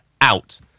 Out